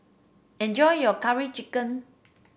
enjoy your Curry Chicken